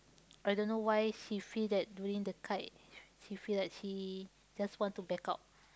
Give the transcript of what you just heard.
I don't know why she feel like that during the kite she feel like she just want to back out